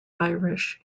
irish